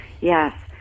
yes